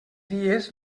dies